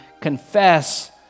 confess